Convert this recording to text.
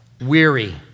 weary